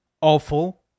Awful